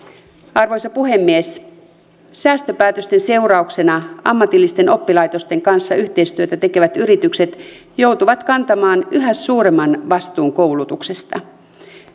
arvoisa puhemies säästöpäätösten seurauksena ammatillisten oppilaitosten kanssa yhteistyötä tekevät yritykset joutuvat kantamaan yhä suuremman vastuun koulutuksesta